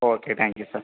okay thank you sir